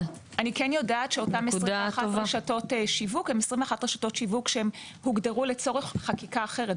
אותן 21 רשתות שיווק הוגדרו לצורך חקיקה אחרת,